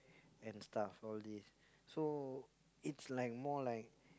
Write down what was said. and stuff all these so it's like more like